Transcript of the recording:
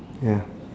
ya